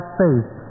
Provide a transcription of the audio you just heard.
faith